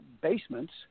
basements